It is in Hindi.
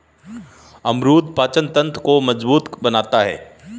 अमरूद पाचन तंत्र को मजबूत बनाता है